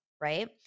right